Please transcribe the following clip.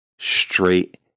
straight